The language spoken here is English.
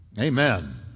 Amen